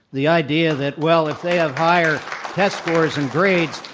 the idea that well, if they have higher test scores and grades,